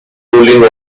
cooling